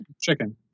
chicken